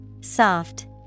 Soft